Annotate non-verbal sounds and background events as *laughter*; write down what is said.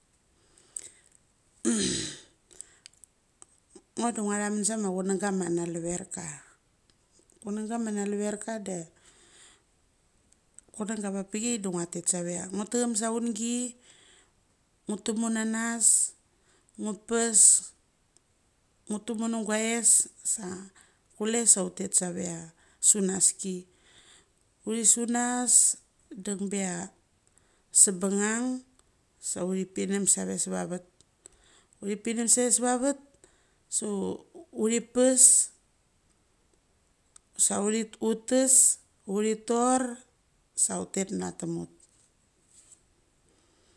*noise* ngo da athamen sema kunga ma naluverka. Kunga ma naluverka da da kunga avapek chia da ngia tet save chia. Ngo thacham saungi, ngo tumu na nguaes, ngo pas, ngo tumu nguaes. Kula sa uth tet save chia sunaski. Uthi sunas deing bechia sebangng sa uthi pingnam save sevavet. Unthi pingnam save sevavet *unintelligible* uthipas sa utes. Utchi tor sa utet mana tamut